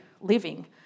living